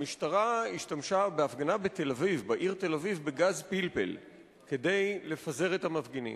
המשטרה השתמשה בהפגנה בעיר תל-אביב בגז פלפל כדי לפזר את המפגינים.